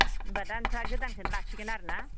होनबा दा नोंस्रा गोदानखौनो लासिगोन आरो ना